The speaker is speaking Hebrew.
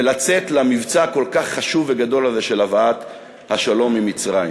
ולצאת למבצע הכל-כך חשוב וגדול הזה של הבאת השלום עם מצרים.